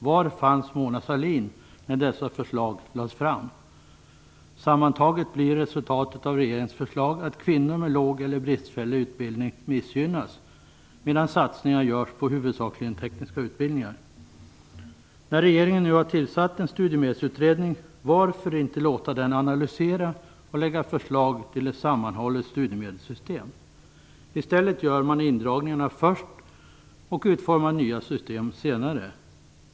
Var fanns Mona Sahlin när dessa förslag lades fram? Sammantaget blir resultatet av regeringens förslag att kvinnor med låg eller bristfällig utbildning missgynnas medan satsningar huvudsakligen görs på tekniska utbildningar. Regeringen har nu tillsatt en studiemedelsutredning. Varför då inte låta den analysera och lägga förslag till ett sammanhållet studiemedelssystem? I stället gör man indragningarna först och utformar nya system senare.